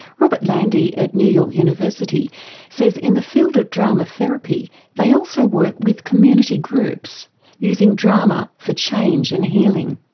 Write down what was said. robert landy at new york university says in the field of drama therapy they also work with community groups using drama for change and healing.